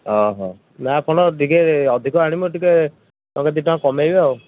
ଅହଃ ନାଁ ଆପଣ ଟିକେ ଅଧିକ ଆଣିବ ଟିକେ ଟଙ୍କେ ଦୁଇ ଟଙ୍କା କମେଇବେ ଆଉ